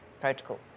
protocol